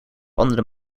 andere